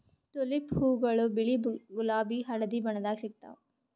tulip ಹೂವಾಗೊಳ್ ಬಿಳಿ ಗುಲಾಬಿ ಹಳದಿ ಬಣ್ಣದಾಗ್ ಸಿಗ್ತಾವ್